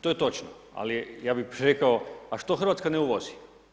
To je točno, ali ja bih rekao, a što Hrvatska ne uvozi?